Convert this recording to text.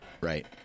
Right